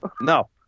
No